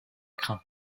craint